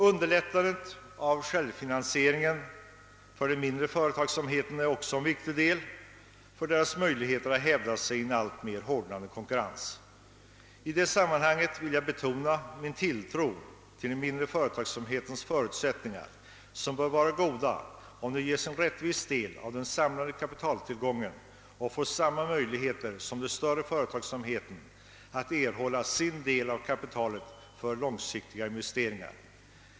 Underlättandet av självfinansieringen för den mindre företagsamheten är också ett viktigt led för dess möjligheter att hävda sig i en alltmer hårdnande konkurrens. I det sammanhanget vill jag betona min tilltro till den mindre företagsamhetens förutsättningar, som bör vara goda om den ges en rättvis del av den samlade kapitaltillgången och får samma möjligheter som den större företagsamheten att erhålla sin del av kapitalet för långsiktiga investeringar.